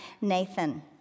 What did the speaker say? Nathan